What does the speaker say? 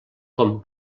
com